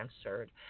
answered